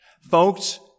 Folks